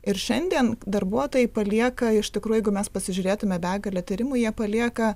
ir šiandien darbuotojai palieka iš tikrųjų jeigu mes pasižiūrėtume begalę tyrimų jie palieka